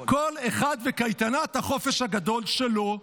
כל אחד וקייטנת החופש הגדול שלו.